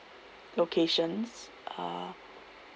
locations uh